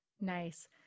Nice